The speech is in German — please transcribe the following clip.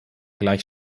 gleich